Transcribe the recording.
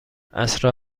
عصرا